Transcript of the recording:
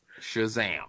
Shazam